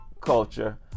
culture